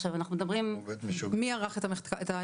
עכשיו אנחנו מדברים על --- מי ערך את המחקר?